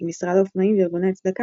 משרד האופנועים וארגוני צדקה